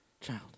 child